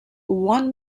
one